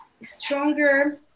stronger